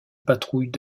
patrouille